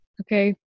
okay